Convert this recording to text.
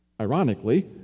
ironically